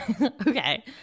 Okay